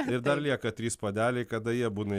ir dar lieka trys puodeliai kada jie būna